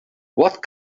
what